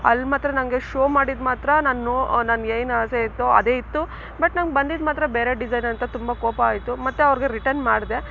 ಅಲ್ಲಿ ಮಾತ್ರ ನನಗೆ ಶೋ ಮಾಡಿದ್ದು ಮಾತ್ರ ನಾನು ನೋ ನನ್ಗೆ ಏನು ಆಸೆ ಇತ್ತೋ ಅದೇ ಇತ್ತು ಬಟ್ ನನ್ಗೆ ಬಂದಿದ್ದು ಮಾತ್ರ ಬೇರೆ ಡಿಸೈನ್ ಅಂತ ತುಂಬ ಕೋಪ ಆಯಿತು ಮತ್ತೆ ಅವ್ರಿಗೆ ರಿಟರ್ನ್ ಮಾಡಿದೆ